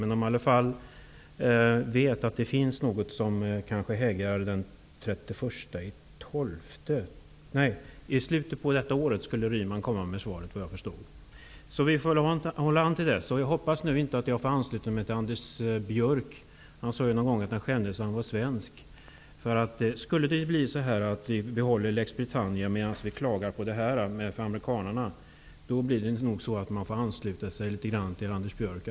Men de vet i varje fall att det kanske finns något som hägrar i slutet av detta år, när Sven Hugo Ryman, såvitt jag förstår, kommer med svaret. Vi får hålla ut till dess. Jag hoppas att jag nu inte behöver ansluta mig till Anders Björck. Han sade en gång att han skämdes för att han var svensk. Skulle det bli så att vi behåller Lex Britannia och samtidigt klagar på de amerikanska bestämmelserna, får jag nog ansluta mig till Anders Björck.